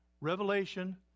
Revelation